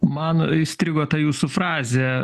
man įstrigo ta jūsų frazė